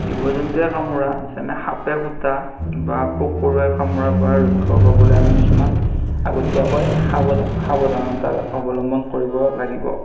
জীৱ জন্তুয়ে কামোৰা যেনে সাপে খোটা বা পোক পৰুৱাই কামোৰা পৰা ৰক্ষা পাবলৈ আমি কিছুমান আগতীয়াকৈ সাৱ সাৱধানতা অৱলম্বন কৰিব লাগিব